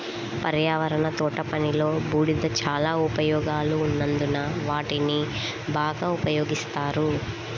పర్యావరణ తోటపనిలో, బూడిద చాలా ఉపయోగాలు ఉన్నందున వాటిని బాగా ఉపయోగిస్తారు